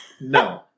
No